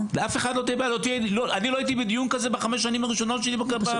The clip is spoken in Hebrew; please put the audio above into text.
אני לא הייתי בדיון כזה בחמש השנים הראשונות שלי בקדנציה,